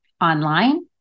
online